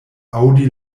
aŭdi